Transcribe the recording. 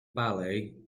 bali